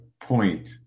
point